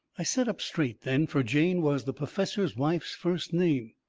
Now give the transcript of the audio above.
i set up straight then, fur jane was the perfessor's wife's first name.